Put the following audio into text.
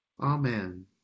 Amen